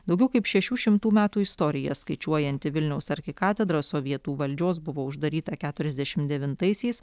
daugiau kaip šešių šimtų metų istoriją skaičiuojanti vilniaus arkikatedra sovietų valdžios buvo uždaryta keturiasdešimt devintaisiais